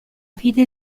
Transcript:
vide